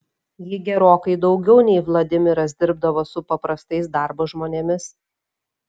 ji gerokai daugiau nei vladimiras dirbdavo su paprastais darbo žmonėmis